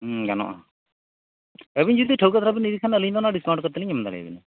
ᱦᱮᱸ ᱜᱟᱱᱚᱜᱼᱟ ᱟᱹᱵᱤᱱ ᱡᱩᱫᱤ ᱴᱷᱟᱹᱣᱠᱟᱹ ᱫᱷᱟᱨᱟᱵᱤᱱ ᱤᱫᱤᱭ ᱠᱷᱟᱱᱫᱚ ᱟᱹᱞᱤᱧᱫᱚ ᱱᱟᱦᱟᱜ ᱰᱤᱥᱠᱟᱣᱩᱱᱴ ᱠᱟᱛᱮᱫᱞᱤᱧ ᱮᱢ ᱫᱟᱲᱮᱭᱟᱵᱤᱱᱟ